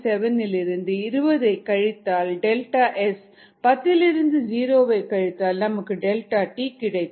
7 இலிருந்து 20 ஐ கழித்தால் டெல்டா எஸ் பத்திலிருந்து ஜீரோவை கழித்தால் நமக்கு டெல்டா டீ கிடைக்கும்